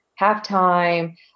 halftime